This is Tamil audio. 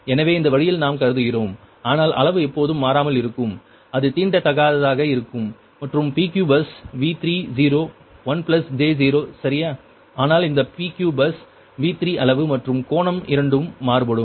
எனவே இந்த வழியில் நாம் கருதுகிறோம் ஆனால் அளவு எப்போதும் மாறாமல் இருக்கும் அது தீண்டத்தகாததாக இருக்கும் மற்றும் PQ பஸ் V30 1 j 0 சரியா ஆனால் இந்த PQ பஸ் V3 அளவு மற்றும் கோணம் இரண்டும் மாறுபடும்